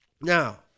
Now